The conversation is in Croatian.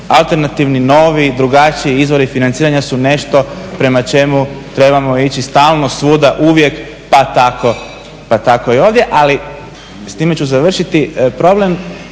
Alternativni novi, drugačiji izvori financiranja su nešto prema čemu trebamo ići satno svuda uvijek pa tako i ovdje. Ali s time ću i završiti, problem